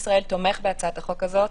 תומך בהצעת החוק הזו.